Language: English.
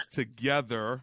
together